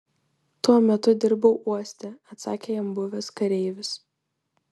tuo metu dirbau uoste atsakė jam buvęs kareivis